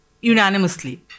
Unanimously